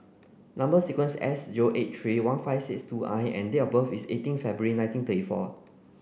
number sequence S zero eight three one five six two I and date of birth is eighteen February nineteen thirty four